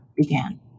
began